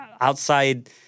outside